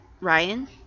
Ryan